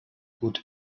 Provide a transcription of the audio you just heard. gut